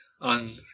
on